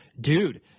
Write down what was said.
dude